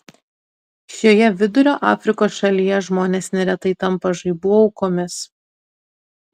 šioje vidurio afrikos šalyje žmonės neretai tampa žaibų aukomis